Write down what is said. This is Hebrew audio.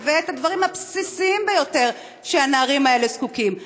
ואת הדברים הבסיסיים ביותר שהנערים האלה זקוקים להם.